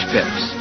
Pips